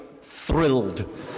thrilled